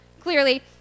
clearly